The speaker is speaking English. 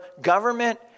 government